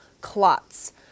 clots